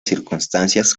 circunstancias